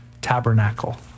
tabernacle